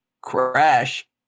crash